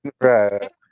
Right